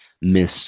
miss